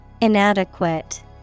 Inadequate